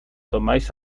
tomáis